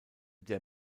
der